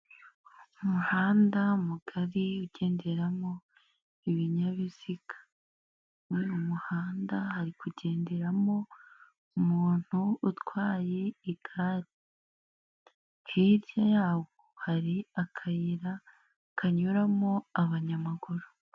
Umuhanda mugari ugenderamo ibinyabiziga. Muri uyu muhanda hari kugenderamo umuntu utwaye igare. Hirya yawo hari akayira kanyuramo abanyamaguru.